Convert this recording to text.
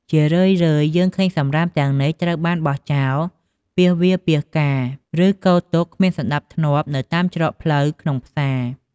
ជារឿយៗ យើងឃើញសំរាមទាំងនេះត្រូវបានបោះចោលពាសវាលពាសកាល ឬគរទុកគ្មានសណ្ដាប់ធ្នាប់នៅតាមច្រកផ្លូវក្នុងផ្សារ។